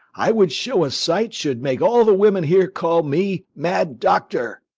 i would show a sight should make all the women here call me mad doctor.